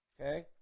okay